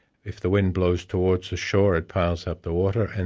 if the wind blows towards the shore, it piles up the water, and